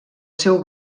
seu